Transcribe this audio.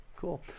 Cool